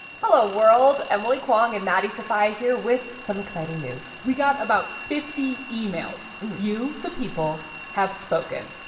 hello, world. emily kwong and maddie sofia here with some exciting news we got about fifty emails. you, the people, have spoken.